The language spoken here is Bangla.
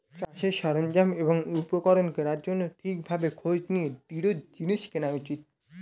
চাষের সরঞ্জাম এবং উপকরণ কেনার জন্যে ঠিক ভাবে খোঁজ নিয়ে দৃঢ় জিনিস কেনা উচিত